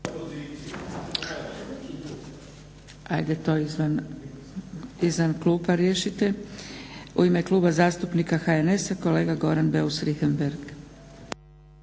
Ajde to izvan klupa riješite. U ime Kluba zastupnika HNS-a kolega Goran Beus Richembergh.